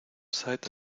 sight